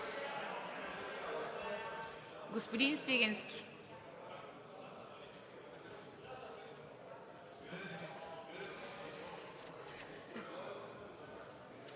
господин Свиленски.